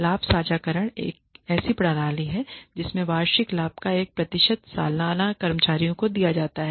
लाभ साझाकरण profit sharing एक ऐसी प्रणाली है जिसमें वार्षिक लाभ का एक प्रतिशत सालाना कर्मचारियों को दिया जाता है